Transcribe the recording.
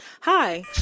hi